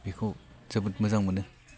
बेखौ जोबोद मोजां मोनो